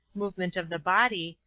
movement of the body,